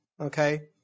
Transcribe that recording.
Okay